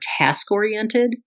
task-oriented